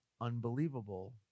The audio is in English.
unbelievable